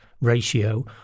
ratio